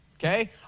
Okay